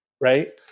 right